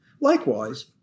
Likewise